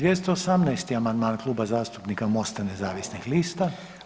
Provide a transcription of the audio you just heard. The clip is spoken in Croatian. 218. amandman Kluba zastupnika MOST-a nezavisnih lista.